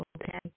okay